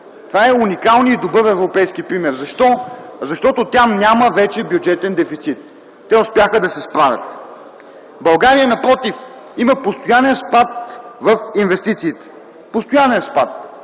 Това е уникален и добър европейски пример. Защо? Защото тя няма вече бюджетен дефицит. Те успяха да се справят. България напротив – има постоянен спад в инвестициите. Постоянен спад!